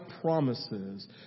promises